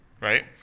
right